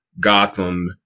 Gotham